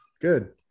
Good